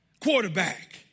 quarterback